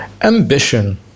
ambition